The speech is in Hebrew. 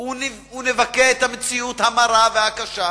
ונבכה את המציאות המרה והקשה,